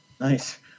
Nice